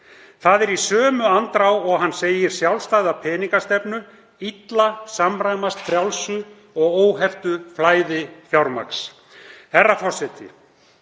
Það er í sömu andrá og hann segir sjálfstæða peningastefnu illa samræmast frjálsu og óheftu flæði fjármagns. Herra forseti.